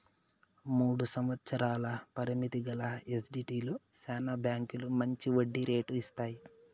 మూడు సంవత్సరాల పరిమితి గల ఎస్టీడీలో శానా బాంకీలు మంచి వడ్డీ రేటు ఇస్తాయి